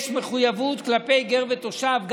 יש מחויבות כלפי גר ותושב.